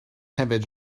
hefyd